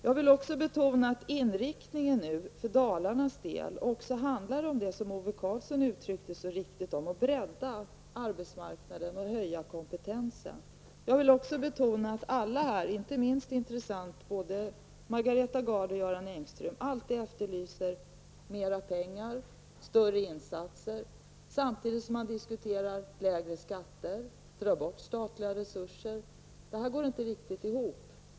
Jag vill betona att inriktningen nu, också för Dalarnas del, är att -- som Ove Karlsson så riktigt uttryckte det -- bredda arbetsmarknaden och höja kompetensen. Jag vill också betona att alla här, inte minst Margareta Gard och Göran Engström, alltid efterlyser mera pengar och större insatser, samtidigt som man vill ha lägre skatter och dra bort statliga resurser. Det här går inte riktigt ihop.